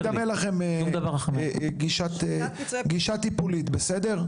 אני אדמה לכם גישה טיפולית בסדר?